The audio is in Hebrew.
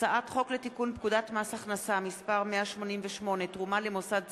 הצעת חוק לתיקון פקודת מס הכנסה (מס' 188) (תרומה למוסד ציבורי),